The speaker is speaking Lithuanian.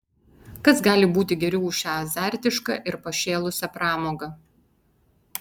kas gali būti geriau už šią azartišką ir pašėlusią pramogą